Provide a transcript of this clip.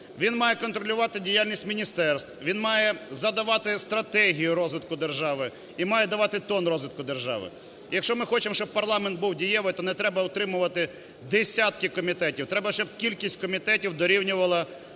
Він має контролювати діяльність міністерств, він має задавати стратегію розвитку держави і має давати тон розвитку держави. І якщо ми хочемо, щоб парламент був дієвим, то не треба утримувати десятки комітетів, треба щоб кількість комітетів дорівнювала